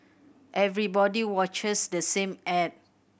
everybody watches the same ad